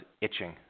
itching